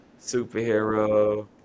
Superhero